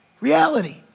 reality